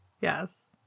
Yes